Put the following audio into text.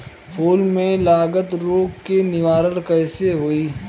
फूल में लागल रोग के निवारण कैसे होयी?